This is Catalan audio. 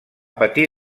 patir